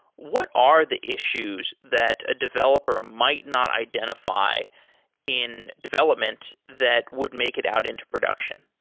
what are the issues that a developer might not identify in development that would make it out into production?